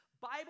Bible